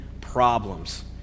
problems